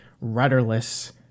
rudderless